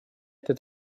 этой